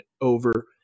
over